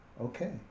Okay